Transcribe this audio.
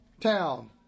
town